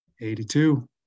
82